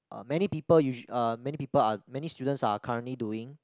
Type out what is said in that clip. uh many people usu~ uh many people are many students are currently doing